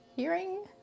hearing